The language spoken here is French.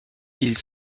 ils